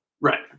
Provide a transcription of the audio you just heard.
Right